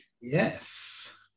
Yes